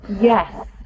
Yes